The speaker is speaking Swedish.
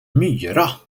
myra